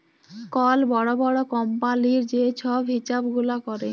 call বড় বড় কম্পালির যে ছব হিছাব গুলা ক্যরে